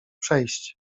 przejść